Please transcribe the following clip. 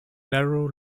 narrow